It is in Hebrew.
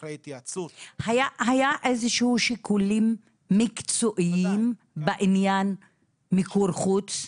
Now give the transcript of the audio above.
אחרי התייעצות --- היו איזה שיקולים מקצועיים בעניין מיקור חוץ?